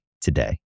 today